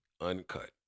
Uncut